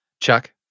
Chuck